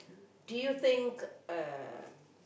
do you think uh